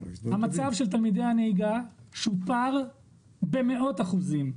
המצב של תלמידי הנהיגה שופר במאות אחוזים,